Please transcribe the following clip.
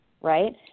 right